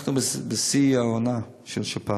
אנחנו בשיא העונה של השפעת,